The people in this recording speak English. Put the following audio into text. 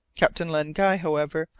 captain len guy, however,